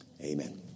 amen